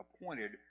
appointed